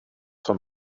von